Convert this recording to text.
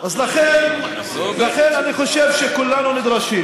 אז מה אתה רוצה, אז לכן אני חושב שכולנו נדרשים,